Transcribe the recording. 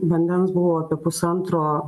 vandens buvo apie pusantro